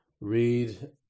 read